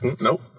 nope